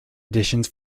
additions